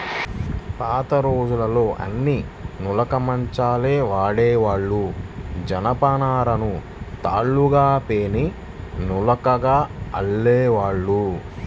పాతరోజుల్లో అన్నీ నులక మంచాలే వాడేవాళ్ళు, జనపనారను తాళ్ళుగా పేని నులకగా అల్లేవాళ్ళు